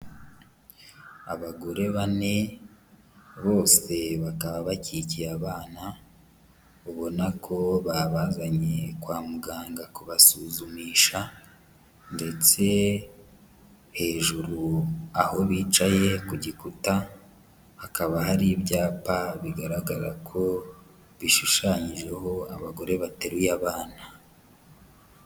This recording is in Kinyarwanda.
Abagore bane bose bakaba bakikiye abana, ubona ko babazanye kwa muganga kubasuzumisha ndetse hejuru aho bicaye ku gikuta, hakaba hari ibyapa bigaragara ko bishushanyijeho abagore bateruye abana.